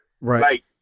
Right